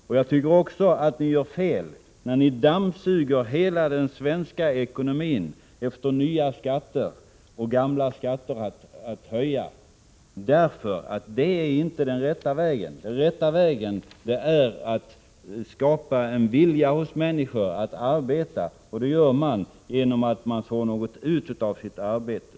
Dessutom tycker jag att ni gör fel när ni dammsuger hela den svenska ekonomin efter nya skatter att införa och gamla att höja. Det är inte den rätta vägen. Den rätta vägen är att skapa en vilja hos människor att arbeta, och det vill man om man får ut något av sitt arbete.